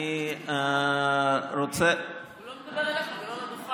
אני רוצה, הוא לא מדבר אליך, זה לא על הדוכן.